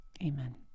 Amen